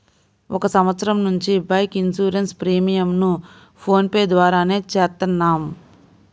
ఒక సంవత్సరం నుంచి బైక్ ఇన్సూరెన్స్ ప్రీమియంను ఫోన్ పే ద్వారానే చేత్తన్నాం